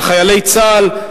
על חיילי צה"ל,